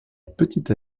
petite